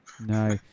No